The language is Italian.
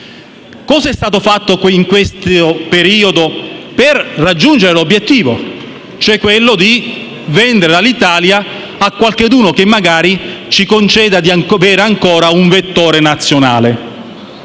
Cosa è stato fatto in questo periodo per raggiungere l'obiettivo di vendere l'Alitalia a qualcheduno che magari ci conceda di avere ancora un vettore nazionale?